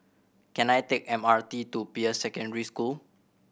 can I take M R T to Peirce Secondary School